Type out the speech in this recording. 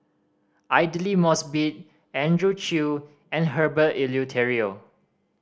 Aidli Mosbit Andrew Chew and Herbert Eleuterio